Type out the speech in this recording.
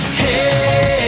hey